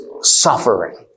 suffering